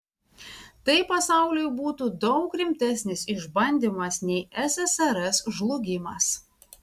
tai pasauliui būtų daug rimtesnis išbandymas nei ssrs žlugimas